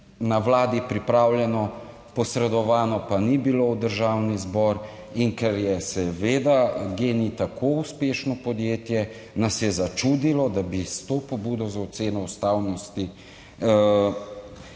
na Vladi pripravljeno, posredovano pa ni bilo v Državni zbor, in ker je seveda GEN-I tako uspešno podjetje, nas je začudilo, da bi s to pobudo za oceno ustavnosti